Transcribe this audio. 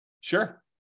Sure